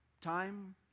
time